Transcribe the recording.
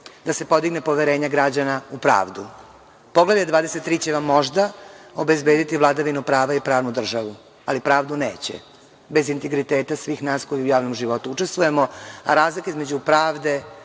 da se podigne poverenje građana u pravdu. Poglavlje 23 će vam možda obezbediti vladavinu prava i pravnu državu, ali pravdu neće bez integriteta svih nas koji u javnom životu učestvujemo, a razlika između pravde